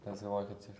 tas galvoje atseit